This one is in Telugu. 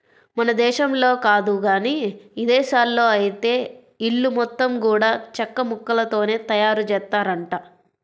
మన దేశంలో కాదు గానీ ఇదేశాల్లో ఐతే ఇల్లు మొత్తం గూడా చెక్కముక్కలతోనే తయారుజేత్తారంట